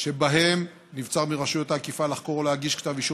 שבהם נבצר מרשויות האכיפה לחקור או להגיש כתב אישום